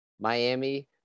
Miami